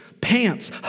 pants